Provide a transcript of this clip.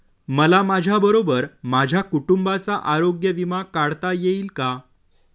मला माझ्याबरोबर माझ्या कुटुंबाचा आरोग्य विमा काढता येईल का?